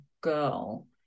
girl